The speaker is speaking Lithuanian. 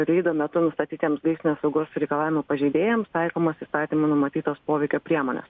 reido metu nustatytiems gaisrinės saugos reikalavimų pažeidėjams taikomas įstatyme numatytas poveikio priemonės